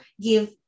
give